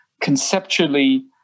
conceptually